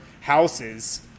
houses